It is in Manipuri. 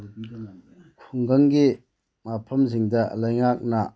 ꯈꯨꯡꯒꯪꯒꯤ ꯃꯐꯝꯁꯤꯡꯗ ꯂꯩꯉꯥꯛꯅ